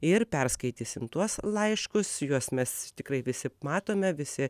ir perskaitysim tuos laiškus juos mes tikrai visi matome visi